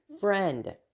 friend